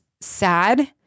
sad